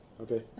Okay